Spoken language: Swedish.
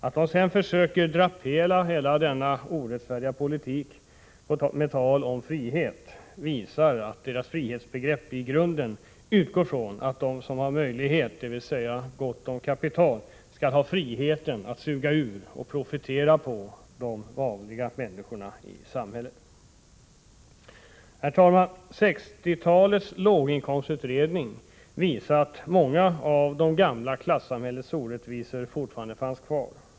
Att de sedan försöker drapera hela denna orättfärdiga politik med tal om frihet visar bara att deras frihetsbegrepp i grunden utgår från att de som har möjlighet — dvs. gott om kapital — skall ha friheten att suga ur och profitera på de vanliga människorna i samhället. Herr talman! 1960-talets låginkomstutredning visade att många av det gamla klassamhällets orättvisor fortfarande fanns kvar.